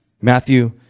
Matthew